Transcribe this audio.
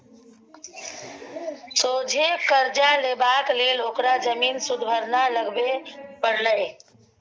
सोझे करजा लेबाक लेल ओकरा जमीन सुदभरना लगबे परलै